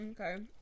Okay